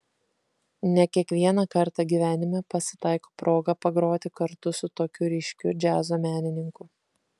ne kiekvieną kartą gyvenime pasitaiko proga pagroti kartu su tokiu ryškiu džiazo menininku